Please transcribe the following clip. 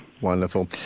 Wonderful